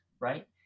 right